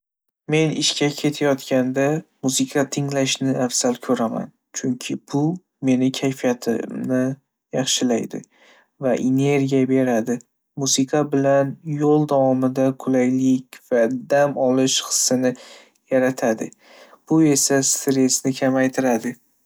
Men ishga ketayotganda musiqa tinglashni afzal ko'raman, chunki bu meni kayfiyatimni yaxshilaydi va energiya beradi. Musiqa bilan yo'l davomida qulaylik va dam olish hissini yaratadi, bu esa stressni kamaytiradi.